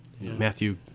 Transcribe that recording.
Matthew